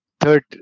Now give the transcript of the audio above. third